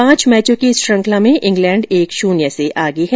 पांच मैचो की इस श्रृंखला में इंग्लैंड एक शून्य से आगे है